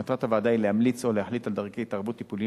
מטרת הוועדה היא להמליץ או להחליט על דרכי התערבות טיפוליות